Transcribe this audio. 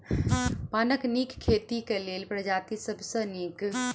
पानक नीक खेती केँ लेल केँ प्रजाति सब सऽ नीक?